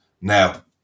Now